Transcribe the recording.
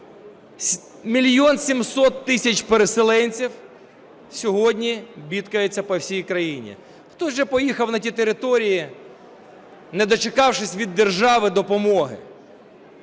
Мільйон 700 тисяч переселенців сьогодні бідкається по всій країні. Хтось вже поїхав на ті території, не дочекавшись від держави допомоги.